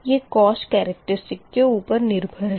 यह cost characteristic के ऊपर निर्भर है